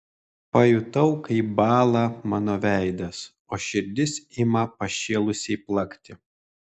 pajutau kaip bąla mano veidas o širdis ima pašėlusiai plakti